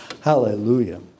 Hallelujah